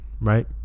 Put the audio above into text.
right